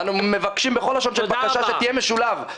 אנחנו מבקשים בכל לשון של בקשה שתהיה משולב לאורך הדרך.